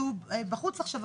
שהוא בחוץ עכשיו,